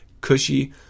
cushy